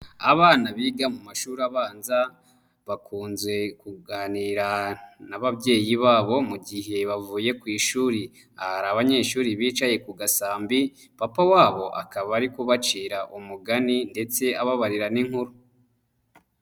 Abana biga mu mashuri abanza bakunze kuganira n'ababyeyi babo mu gihe bavuye ku ishuri. Aha hari abanyeshuri bicaye ku gasambi, papa wabo akaba ari kubacira umugani ndetse ababarira n'inkuru.